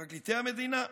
פרקליטי המדינה.